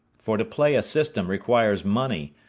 for to play a system requires money,